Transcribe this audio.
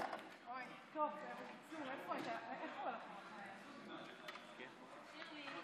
את הצעת חוק פנייה לגופים ציבוריים באמצעי קשר דיגיטליים (תיקון,